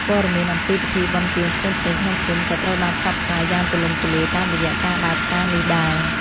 ព័ត៌មានអំពីពិធីបុណ្យទានផ្សេងៗក្នុងភូមិក៏ត្រូវបានផ្សព្វផ្សាយយ៉ាងទូលំទូលាយតាមរយៈការដើរផ្សារនេះដែរ។